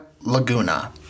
Laguna